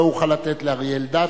לא אוכל לתת לאריה אלדד,